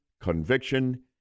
conviction